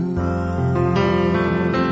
love